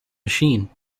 machine